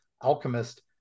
alchemist